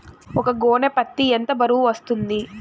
ఒక గోనె పత్తి ఎంత బరువు వస్తుంది?